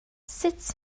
sut